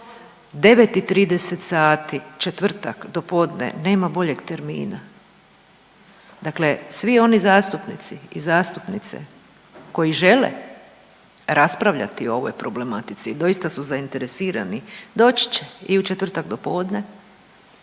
i 30 sati, četvrtak dopodne nema boljeg termina. Dakle, svi oni zastupnici i zastupnice koji žele raspravljati o ovoj problematici i doista su zainteresirani doći će i u četvrtak dopodne